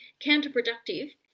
counterproductive